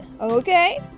okay